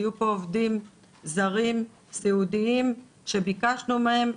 היו פה עובדים זרים סיעודיים שביקשנו מהם,